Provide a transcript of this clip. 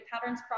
patterns